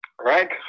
right